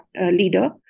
leader